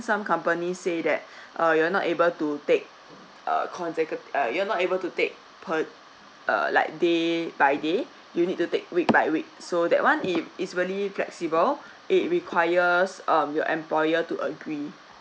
some company say that uh you're not able to take err consecut~ uh you're not able to take per err like day by day you need to take week by week so that one it is really flexible it requires um your employer to agree